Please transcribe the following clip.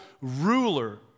ruler